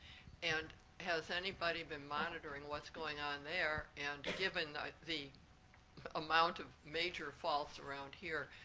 and has anybody been monitoring what's going on there? and given the amount of major faults around here,